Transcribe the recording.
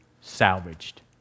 salvaged